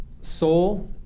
soul